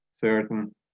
certain